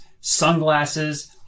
sunglasses